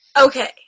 okay